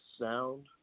sound